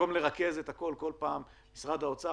במקום לרכז את הכול במשרד האוצר,